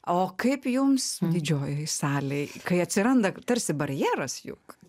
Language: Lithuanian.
o kaip jums didžiojoj salėj kai atsiranda tarsi barjeras juk